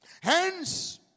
Hence